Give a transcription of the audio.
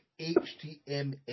HTML